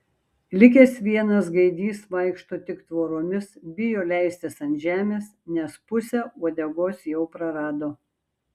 likęs vienas gaidys vaikšto tik tvoromis bijo leistis ant žemės nes pusę uodegos jau prarado